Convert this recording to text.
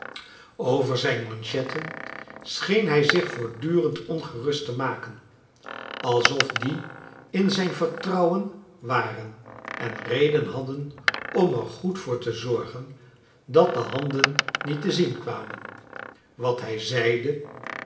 over zijn manchetten scheen hij zich voortdurend ongerust te maken alsof die in zijn vertrouwen waren en reden hadden om er goed voor te zorgen dat de handen niet te zien kwamen wat hij zeide